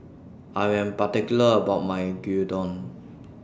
I Am particular about My Gyudon